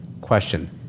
Question